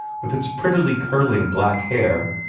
with its prettily curling black hair,